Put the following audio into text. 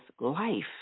life